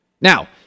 Now